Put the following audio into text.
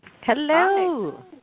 Hello